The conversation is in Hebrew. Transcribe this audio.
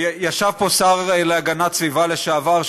ישב פה שר להגנת סביבה לשעבר,